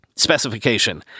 specification